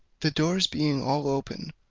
the doors being all open,